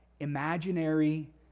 imaginary